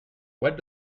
what